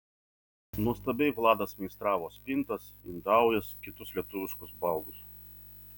nuostabiai vladas meistravo spintas indaujas kitus lietuviškus baldus